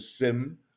Sim